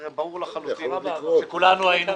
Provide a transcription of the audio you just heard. הרי ברור לחלוטין שכולנו היינו קופצים.